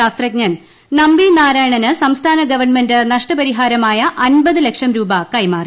ശാസ്ത്രജ്ഞൻ നമ്പി നാരായണന് സംസ്ഥാന ഗവൺമെന്റ് നഷ്ടപരിഹാരമായ അമ്പത് ലക്ഷം രൂപ കൈമാറി